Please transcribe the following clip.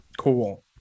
Cool